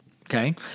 okay